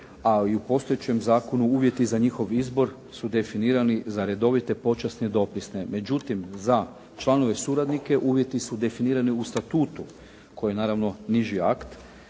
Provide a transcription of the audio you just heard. ali u postojećem zakonu uvjeti za njihov izbor su definirani za redovite, počasne, dopisne. Međutim, za članove suradnike uvjeti su definirani u Statutu koji je naravno niži akt